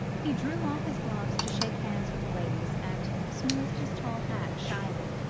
he drew off his glove to shake hands with the ladies, and smoothed his tall hat shyly,